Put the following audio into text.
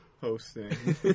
hosting